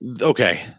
Okay